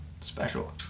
special